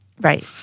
Right